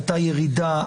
הייתה ירידה?